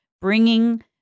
bringing